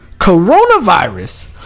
coronavirus